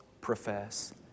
profess